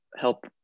help